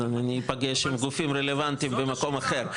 אז אני ייפגש עם גופים רלוונטיים במקום אחר,